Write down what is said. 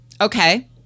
Okay